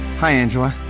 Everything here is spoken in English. hi, angela.